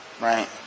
right